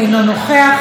אינו נוכח,